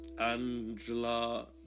Angela